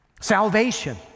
Salvation